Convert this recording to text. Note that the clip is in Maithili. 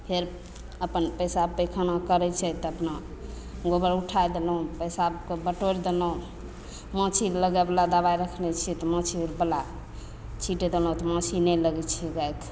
फेर अपन पेशाब पैखाना करय छै तऽ अपना गोबर उठाय देलहुँ पेशाबके बटोरि देलहुँ माछी लगयवला दबाइ रखने छियै तऽ माछीवला छिट देलहुँ तऽ माछी नहि लगय छै गायके